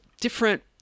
different